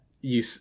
you-